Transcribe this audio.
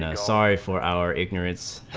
ah sorry for our ignorance,